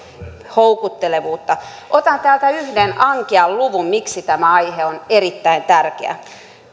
houkuttelevuutta otan täältä yhden ankean luvun miksi tämä aihe on erittäin tärkeä